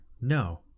no